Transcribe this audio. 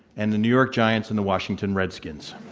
and the new york giants and the washington redskins.